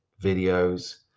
videos